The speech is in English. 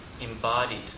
embodied